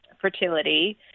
fertility